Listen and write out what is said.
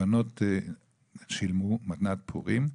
הבנות שילמו מתנת פורים,